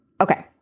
Okay